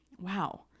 wow